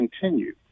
continue